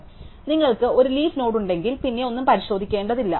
അതിനാൽ നിങ്ങൾക്ക് ഒരു ലീഫ് നോഡ് ഉണ്ടെങ്കിൽ പിന്നെ ഒന്നും പരിശോധിക്കേണ്ടതില്ല